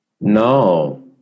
no